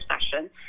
session